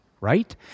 right